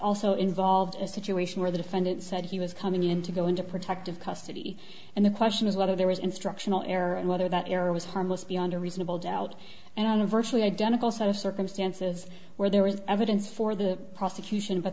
also involved a situation where the defendant said he was coming in to go into protective custody and the question is whether there was instructional error and whether that error was harmless beyond a reasonable doubt and a virtually identical set of circumstances where there was evidence for the prosecution but